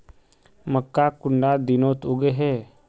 मक्का कुंडा दिनोत उगैहे?